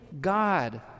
God